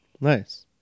Nice